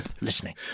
listening